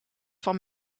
van